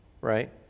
right